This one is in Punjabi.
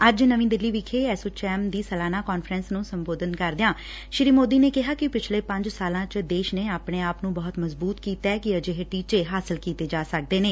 ਅੱਜ ਨਵੀਂ ਦਿੱਲੀ ਵਿਖੇ ਐਸੋਚੈਮ ਦੀ ਸਾਲਾਨਾ ਕਾਨਫਰੰਸ ਨੂੰ ਸੰਬੋਧਨ ਕਰਦਿਆਂ ਸ੍ਰੀ ਸੋਦੀ ਨੇ ਕਿਹਾ ਕਿ ਪਿਛਲੇ ਪੰਜ ਸਾਲਾ ਚ ਦੇਸ਼ ਨੇ ਆਪਣੇ ਆਪ ਨੁੰ ਬਹੁਤ ਮਜ਼ਬੁਤ ਕੀਤੈ ਕਿ ਅਜਿਹੇ ਟੀਚੇ ਹਾਸਲ ਕੀਤੇ ਜਾ ਸਕਦੇ ਨੇ